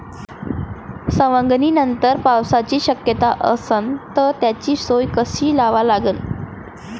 सवंगनीनंतर पावसाची शक्यता असन त त्याची सोय कशी लावा लागन?